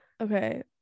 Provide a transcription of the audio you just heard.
Okay